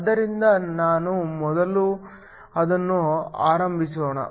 ಆದ್ದರಿಂದ ನಾನು ಮೊದಲು ಅದನ್ನು ಆರಂಭಿಸೋಣ